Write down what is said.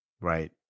Right